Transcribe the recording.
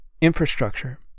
infrastructure